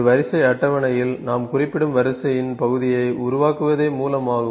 ஒரு வரிசை அட்டவணையில் நாம் குறிப்பிடும் வரிசையின் பகுதியை உருவாக்குவதே மூலமாகும்